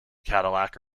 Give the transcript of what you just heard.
cadillac